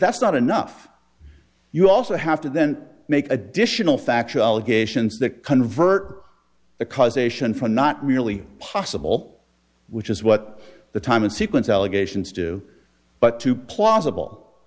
that's not enough you also have to then make additional factual allegations that convert the causation from not really possible which is what the time and sequence allegations do but to plausible